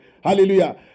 Hallelujah